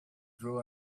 drew